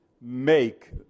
make